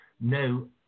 no